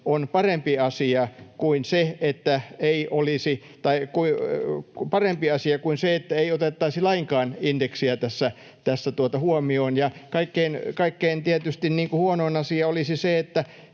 on parempi asia kuin se, että ei otettaisi lainkaan indeksiä tässä huomioon, ja tietysti kaikkein huonoin asia olisi se,